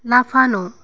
লাফানো